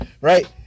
right